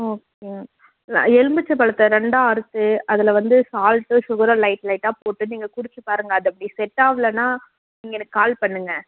okay லெ எலுமிச்சம் பழத்த ரெண்டாக அறுத்து அதில் வந்து சால்ட்டும் சுகரும் லைட் லைட்டாக போட்டு நீங்கள் குடித்து பாருங்கள் அதை அப்படி செட் ஆகலன்னா நீங்கள் எனக்கு கால் பண்ணுங்கள்